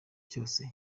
cyose